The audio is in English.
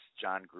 John